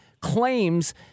claims